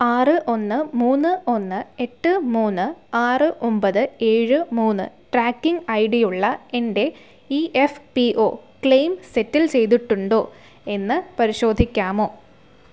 ആറ് ഒന്ന് മൂന്ന് ഒന്ന് എട്ട് മൂന്ന് ആറ് ഒപത് ഏഴ് മൂന്ന് ട്രാക്കിംഗ് ഐഡിയുള്ള എൻ്റെ E F P O claim settle ചെയ്തിട്ടുണ്ടോ എന്ന് പരിശോധിക്കാമോ